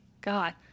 God